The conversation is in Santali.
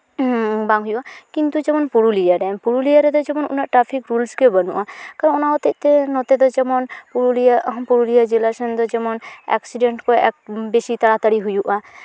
ᱵᱟᱝ ᱦᱩᱭᱩᱜᱼᱟ ᱠᱤᱱᱛᱩ ᱡᱮᱢᱚᱱ ᱯᱩᱨᱩᱞᱤᱭᱟᱹ ᱨᱮ ᱯᱩᱨᱩᱞᱤᱭᱟᱹ ᱨᱮᱫᱚ ᱡᱮᱢᱚᱱ ᱩᱱᱟᱹᱜ ᱴᱨᱟᱯᱷᱤᱠ ᱨᱩᱞᱥ ᱜᱮ ᱵᱟᱹᱱᱩᱜᱼᱟ ᱠᱟᱨᱚᱱ ᱚᱱᱟ ᱦᱚᱛᱮᱫ ᱛᱮ ᱱᱚᱛᱮ ᱫᱚ ᱡᱮᱢᱚᱱ ᱯᱩᱨᱩᱞᱤᱭᱟᱹ ᱯᱩᱨᱩᱞᱤᱭᱟᱹ ᱡᱮᱞᱟ ᱥᱮᱱ ᱫᱚ ᱡᱮᱢᱚᱱ ᱮᱠᱥᱤᱰᱮᱱᱴ ᱠᱚ ᱮᱠ ᱵᱮᱥᱤ ᱛᱟᱲᱟᱛᱟᱹᱲᱤ ᱦᱩᱭᱩᱜᱼᱟ